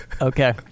Okay